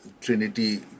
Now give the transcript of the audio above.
Trinity